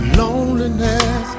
loneliness